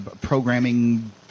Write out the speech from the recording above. programming